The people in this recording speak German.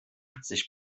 sich